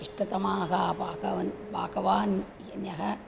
इष्टतमाः पाकवन् पकवान्यः